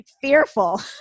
fearful